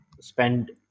spend